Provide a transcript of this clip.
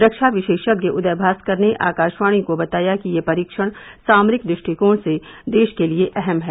रक्षा विशेषज्ञ उदय भास्कर ने आकाशवाणी को बताया कि यह परीक्षण सामरिक दु ष्टिकोण से देश के लिए अहम है